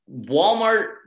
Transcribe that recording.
Walmart